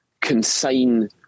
consign